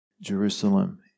Jerusalem